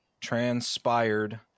transpired